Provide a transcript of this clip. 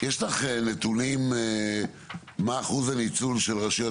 יש לך נתונים מה אחוז הניצול של הרשויות